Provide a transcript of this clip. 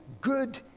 good